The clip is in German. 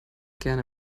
gerne